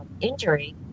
injury